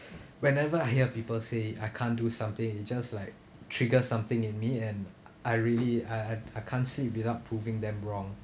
whenever I hear people say I can't do something it just like trigger something in me and I really I I I can't sleep without proving them wrong